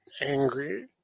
angry